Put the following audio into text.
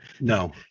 No